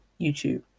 YouTube